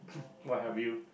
what have you